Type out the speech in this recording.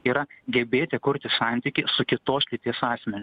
yra gebėti kurti santykį su kitos lyties asmeniu